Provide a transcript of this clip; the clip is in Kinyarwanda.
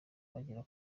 bagera